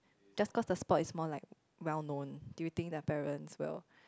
just cause the sport is more like well known do you think their parents will